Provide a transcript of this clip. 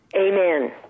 amen